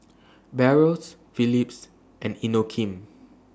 Barrel Phillips and Inokim